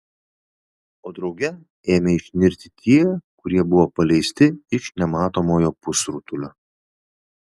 o drauge ėmė išnirti tie kurie buvo paleisti iš nematomojo pusrutulio